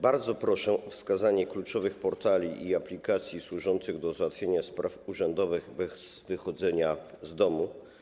Bardzo proszę o wskazanie kluczowych portali i aplikacji służących do załatwienia spraw urzędowych bez wychodzenia z domu.